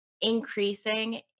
increasing